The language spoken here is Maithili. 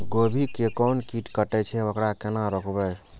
गोभी के कोन कीट कटे छे वकरा केना रोकबे?